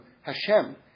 Hashem